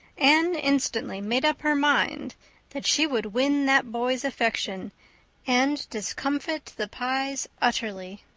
anne instantly made up her mind that she would win that boy's affection and discomfit the pyes utterly.